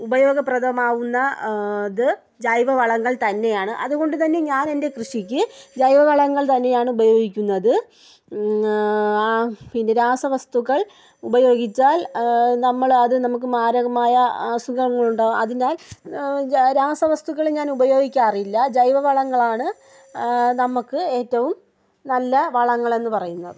ഉപയോഗപ്രദമാവുന്നത് ജൈവവളങ്ങൾ തന്നെയാണ് അതുകൊണ്ട് തന്നെ ഞാൻ എൻറെ കൃഷിക്ക് ജൈവവളങ്ങൾ തന്നെയാണ് ഉപയോഗിക്കുന്നത് ആ പിന്നെ രാസവസ്തുക്കൾ ഉപയോഗിച്ചാൽ നമ്മൾ അത് നമുക്ക് മാരകമായ അസുഖങ്ങളുണ്ടാക്കും അതിനാൽ രാ രാസവസ്തുക്കൾ ഞാൻ ഉപയോഗിക്കാറില്ല ജൈവവളങ്ങളാണ് നമുക്ക് ഏറ്റവും നല്ല വളങ്ങളെന്ന് പറയുന്നത്